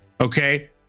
Okay